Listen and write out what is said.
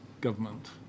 government